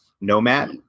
Nomad